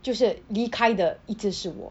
就是离开的一直是我